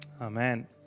Amen